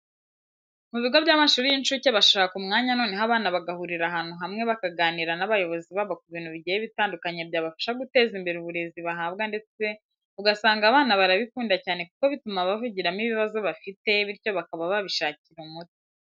Mu bigo by'amashuri y'inshuke bashaka umwanya noneho abana bagahurira ahantu hamwe bakaganira n'abayobozi babo ku bintu bigiye bitandukanye byabafasha guteza imbere uburezi bahabwa ndetse ugasanga abana barabikunda cyane kuko bituma bavugiramo ibibazo bafite bityo bakaba babishakira umuti.